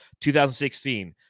2016